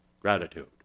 Gratitude